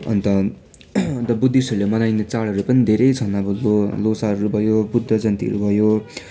अन्त बुद्धिस्टहरूले मनाइने चाडहरू पनि धेरै छन् अब ल्होसारहरू भयो बुद्धजयन्तीहरू भयो